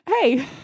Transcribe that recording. hey